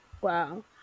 wow